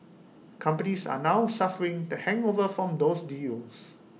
companies are now suffering the hangover from those deals